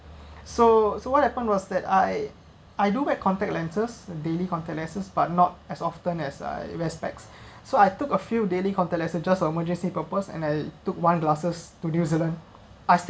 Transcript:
so so what happened was that I I do wear contact lenses daily contact lenses but not as often as I wear specs so I took a few daily contact lenses just emergency purpose and I took one glasses to new zealand I